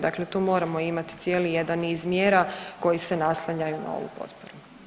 Dakle, tu moramo imati cijeli jedan niz mjera koji se nastavljaju na ovu potporu.